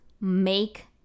make